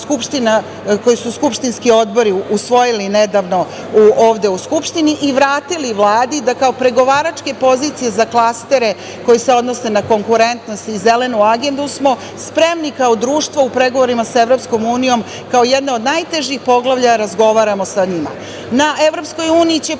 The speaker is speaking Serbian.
koje su skupštinski odbori usvojili nedavno ovde u Skupštini i vratili Vladi da kao pregovaračke pozicije za klastere koji se odnose na konkurentnost i zelenu agendu smo spremni kao društvo u pregovorima sa EU kao jedno od najtežih poglavlja razgovaramo sa njima. Na EU će